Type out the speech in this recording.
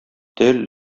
тел